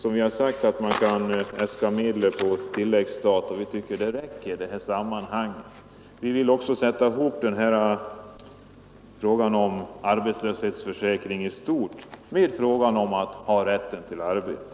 Man kan äska medel på tilläggsstat, vilket vi tycker räcker i detta sammanhang. Vi vill också sätta samman frågan om arbetslöshetsförsäkring i stort med frågan om rätt till arbete.